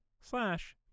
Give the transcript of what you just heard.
slash